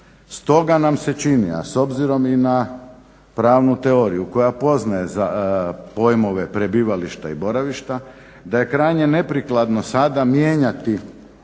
Stoga nam se čini, a s obzirom i na pravnu teoriju koja poznaje pojmove prebivališta i boravišta da je krajnje neprikladno sada mijenjati